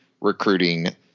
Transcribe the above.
recruiting